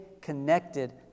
connected